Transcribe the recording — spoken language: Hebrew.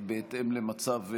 בהתאם למצב הדברים,